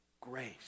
grace